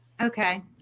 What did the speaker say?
okay